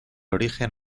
origen